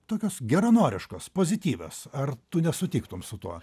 tokios geranoriškos pozityvios ar tu nesutiktum su tuo